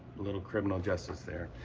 little criminal justice there.